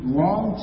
long